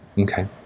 Okay